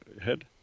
head